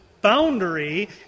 boundary